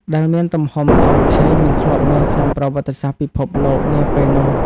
ដែលមានទំហំធំធេងមិនធ្លាប់មានក្នុងប្រវត្តិសាស្ត្រពិភពលោកនាពេលនោះ។